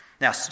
Now